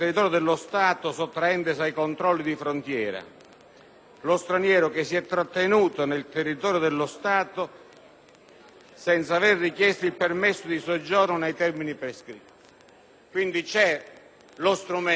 senza avere richiesto il permesso di soggiorno nel termine prescritto». Quindi c'è lo strumento per intervenire. Voi oggi parlate in termini di rivoluzione culturale e dite che no, deve essere reato.